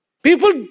People